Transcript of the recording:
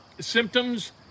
Symptoms